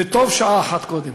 וטוב שעה אחת קודם.